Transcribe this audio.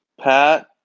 Pat